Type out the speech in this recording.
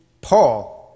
paul